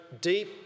deep